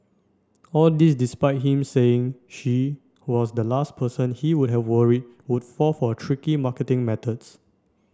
all this despite him saying she was the last person he would have worried would fall for tricky marketing methods